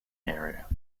area